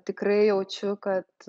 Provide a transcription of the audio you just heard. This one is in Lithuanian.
tikrai jaučiu kad